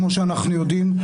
כמו שאנחנו יודעים,